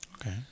Okay